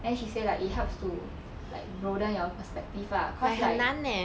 then she say like it helps to like broaden your perspective ah cause like